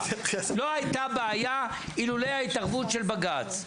לא הייתה בעיה אילולא ההתערבות של בג"צ.